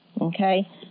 Okay